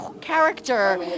character